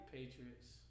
Patriots